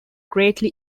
greatly